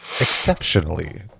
exceptionally